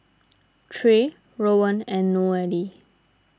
Trey Rowan and Nohely